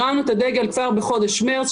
הרמנו את הדגל כבר בחודש מרס,